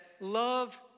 love